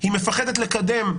היא מפחדת לקדם,